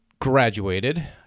graduated